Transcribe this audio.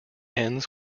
ends